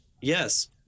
Yes